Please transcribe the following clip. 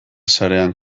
sarean